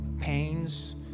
pains